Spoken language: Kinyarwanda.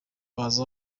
bazi